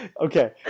Okay